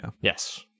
yes